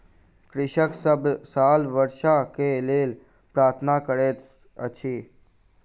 कृषक सभ साल वर्षा के लेल प्रार्थना करैत अछि